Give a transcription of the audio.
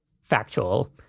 factual